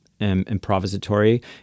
improvisatory